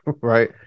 right